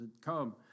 come